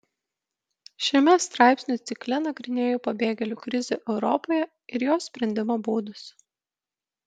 šiame straipsnių cikle nagrinėju pabėgėlių krizę europoje ir jos sprendimo būdus